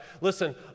Listen